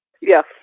Yes